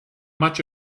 much